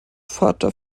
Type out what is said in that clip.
vater